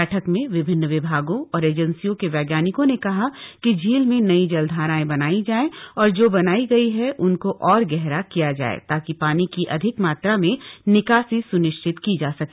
बैठक में विभिन्न विभागों और एजेन्सियों के वैज्ञानिकों ने कहा कि झील में नई जलधारायें बनायी जाए और जो बनायी गयी है उनको और गहरा किया जाए ताकि पानी की अधिक मात्रा में निकासी सुनिश्चित की जा सके